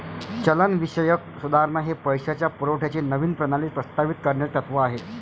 चलनविषयक सुधारणा हे पैशाच्या पुरवठ्याची नवीन प्रणाली प्रस्तावित करण्याचे तत्त्व आहे